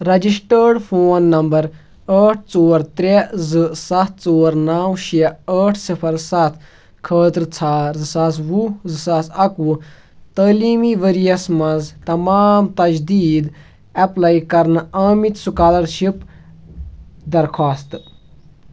registered phone number ٲٹھ ژور ترٛےٚ زٕ سَتھ ژور نَو شےٚ ٲٹھ صِفر سَتھ خٲطرٕ ژھار زٕ ساس وُہ زٕ ساس اَکوُہ تعلیٖمی ؤرۍ یَس مَنٛز تمام تجدیٖد ایپلٕے کَرنہٕ آمٕتۍ سُکالرشِپ درخواستہٕ